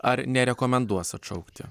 ar nerekomenduos atšaukti